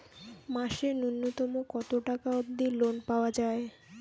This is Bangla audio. মাসে নূন্যতম কতো টাকা অব্দি লোন পাওয়া যায়?